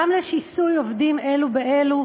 וגם לשיסוי עובדים אלו באלו.